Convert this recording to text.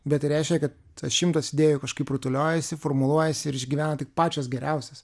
bet tai reiškia kad tas šimtas idėjų kažkaip rutuliojasi formuluojasi ir išgyvena tik pačios geriausios